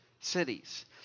Cities